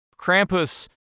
Krampus